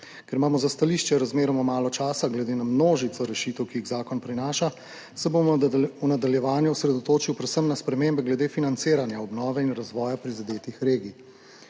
Ker imamo za stališče razmeroma malo časa glede na množico rešitev, ki jih zakon prinaša, se bom v nadaljevanju osredotočil predvsem na spremembe glede financiranja obnove in razvoja prizadetih regij.